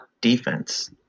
defense